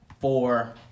four